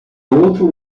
outro